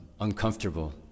uncomfortable